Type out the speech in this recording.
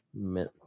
Mint